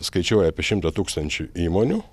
skaičiuoja apie šimtą tūkstančių įmonių